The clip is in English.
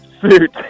suit